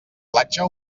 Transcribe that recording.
platja